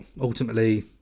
ultimately